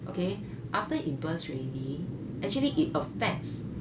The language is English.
okay after it burst already actually it affects